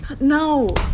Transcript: No